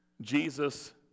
Jesus